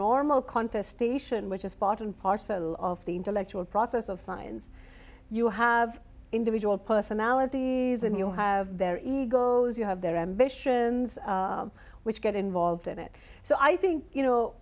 normal contestation which is part and parcel of the intellectual process of science you have individual personalities and you have their egos you have their ambitions which get involved in it so i think you know